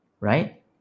Right